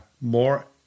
more